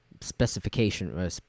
specification